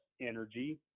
energy